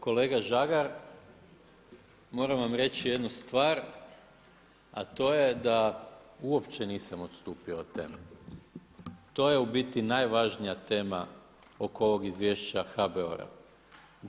Kolega Žagar, moram vam reći jednu stvar, a to je da uopće nisam odstupio od teme, to je u biti najvažnija tema oko ovog izvješća HBOR-a.